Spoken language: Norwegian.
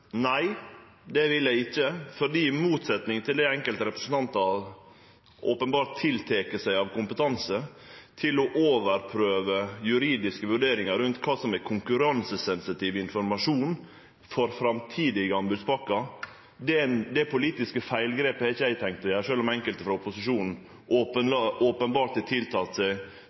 Nei, det vil eg ikkje. Eg har ikkje – i motsetning til det enkelte representantar openbart tiltrur seg av kompetanse til å overprøve juridiske vurderingar rundt kva som er konkurransesensitiv informasjon for framtidige anbodspakker – tenkt å gjere det politiske feilgrepet, sjølv om enkelte frå opposisjonen openbert har tiltrudd seg